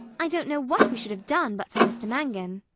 i don't know what we should have done but for mr mangan.